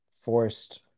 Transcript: forced